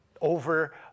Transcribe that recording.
over